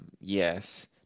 Yes